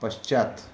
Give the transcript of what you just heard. पश्चात्